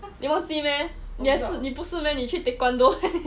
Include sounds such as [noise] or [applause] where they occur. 你忘记 meh 你不是 meh 你去 taekwondo [laughs]